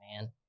man